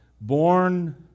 born